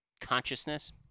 consciousness